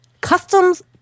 customs